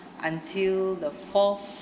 until the fourth